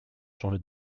changer